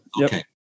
Okay